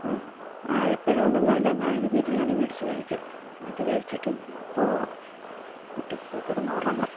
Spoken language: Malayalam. ആ എപ്പോഴും ഉണ്ണുന്നതല്ലെ എന്നാൽ ഇന്ന് ബിരിയാണി മേടിച്ച് കഴിക്കാം ഇത് കഴിച്ചിട്ട് പോവാം വീട്ടിൽ പോയി കിടന്നുറങ്ങാം